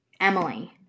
Emily